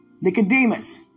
Nicodemus